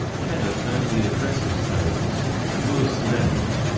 kenneth only addresses her as ms. lemon.